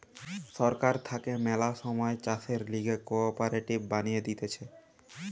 সরকার থাকে ম্যালা সময় চাষের লিগে কোঅপারেটিভ বানিয়ে দিতেছে